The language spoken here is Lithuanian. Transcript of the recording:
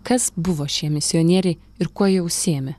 kas buvo šie misionieriai ir kuo jie užsiėmė